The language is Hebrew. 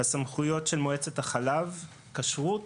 הסמכויות של מועצת החלב, כשרות